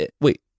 Wait